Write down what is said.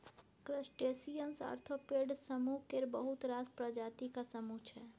crustaceans arthropod समुह केर बहुत रास प्रजातिक समुह छै